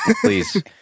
Please